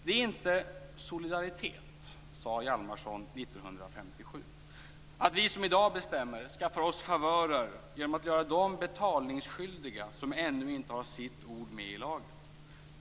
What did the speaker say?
"Det är inte solidaritet", sade Hjalmarson 1957, "att vi som i dag bestämmer skaffar oss favörer genom att göra dem betalningsskyldiga som ännu inte har sitt ord med i laget.